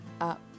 Up